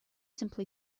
simply